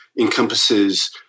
encompasses